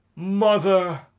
mother!